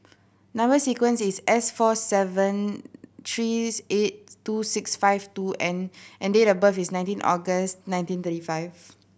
number sequence is S four seven three eight two six five two N and date of birth is nineteen August nineteen thirty five